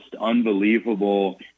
unbelievable